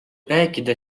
rääkida